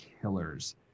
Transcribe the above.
killers